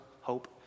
hope